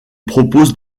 propose